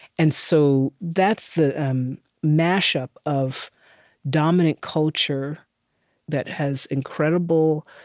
and so that's the um mashup of dominant culture that has incredible